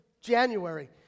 January